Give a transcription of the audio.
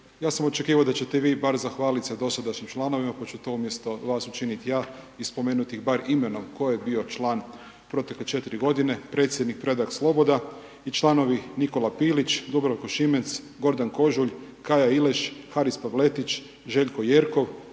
Ja sam očekivao da ćete vi bar zahvaliti se dosadašnjim članovima pa ću to umjesto vas učiniti ja i spomenuti ih bar imenom tko je bio član protekle 4 godine, predsjednik Predrag Sloboda i članovi Nikola Pilić, Dubravko Šimenc, Gordan Kožulj, Kaja Ileš, Haris Pavletić, Željko Jerkov